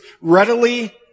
readily